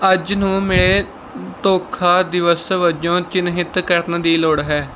ਅੱਜ ਨੂੰ ਮੇਰੇ ਧੋਖਾ ਦਿਵਸ ਵਜੋਂ ਚਿੰਨ੍ਹਿਤ ਕਰਨ ਦੀ ਲੋੜ ਹੈ